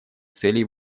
целей